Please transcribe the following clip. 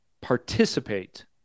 participate